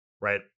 Right